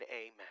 amen